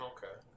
Okay